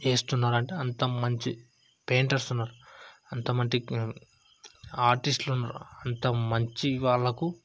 వేస్తున్నారు అంటే అంత మంచి పెయింటర్స్ ఉన్నారు అంత మంచి ఆర్టిస్ట్లు ఉన్నారు అంత మంచి వాళ్ళకు